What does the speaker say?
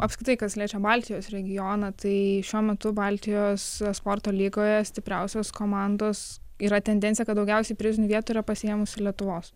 apskritai kas liečia baltijos regioną tai šiuo metu baltijos esporto lygoje stipriausios komandos yra tendencija kad daugiausiai prizinių vietų yra pasiėmusi lietuvos